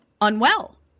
Unwell